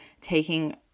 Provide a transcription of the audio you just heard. taking